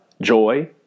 joy